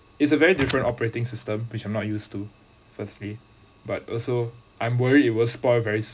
it's a very different operating system which I'm not used to firstly but also I'm worried it will spoil very